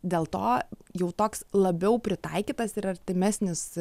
dėl to jau toks labiau pritaikytas ir artimesnis